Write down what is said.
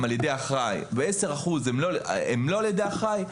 על ידי אחראי ו-10 אחוזים הם לא על ידי אחראי,